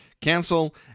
cancel